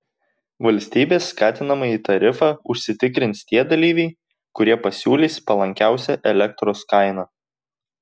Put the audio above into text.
valstybės skatinamąjį tarifą užsitikrins tie dalyviai kurie pasiūlys palankiausią elektros kainą